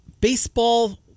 Baseball